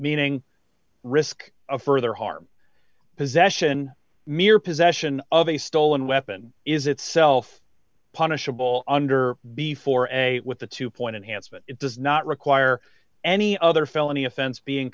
meaning risk of further harm possession mere possession of a stolen weapon is itself punishable under before and with a two point enhanced it does not require any other felony offense being